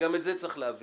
וגם את זה צריך להבין.